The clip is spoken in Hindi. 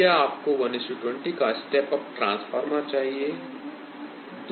क्या आपको 120 का स्टेप अप ट्रांसफॉर्मर चाहिए